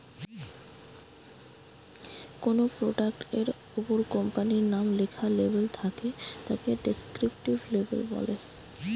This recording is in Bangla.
কোনো প্রোডাক্ট এর উপর কোম্পানির নাম লেখা লেবেল থাকে তাকে ডেস্ক্রিপটিভ লেবেল বলে